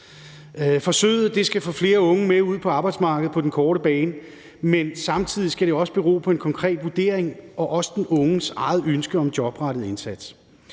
Forsøget skal få flere unge med ud på arbejdsmarkedet på den korte bane, men samtidig skal indsatsen bero på en konkret vurdering og også den unges eget ønske om jobrettet indsats.